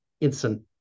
instant